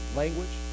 language